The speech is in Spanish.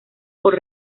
por